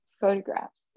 photographs